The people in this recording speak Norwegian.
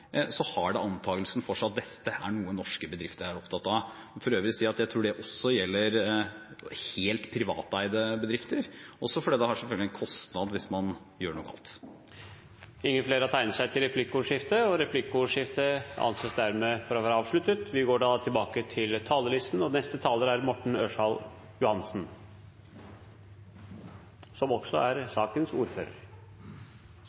så har det antakelsen for seg at dette er noe norske bedrifter er opptatt av. Dette er også noe som det blir stilt spørsmål om, og som departementet ber om tilbakemeldinger på. For øvrig må jeg si at det også gjelder helt privateide bedrifter, også fordi det selvfølgelig har en kostnad hvis man gjør noe galt. Replikkordskiftet er omme. Det er som ordfører for saken jeg gjerne vil ta opp en ting når det gjelder forretningsordenen, som